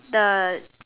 the